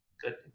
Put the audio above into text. Good